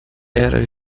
era